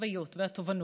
החוויות והתובנות,